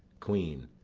queen.